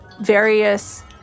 various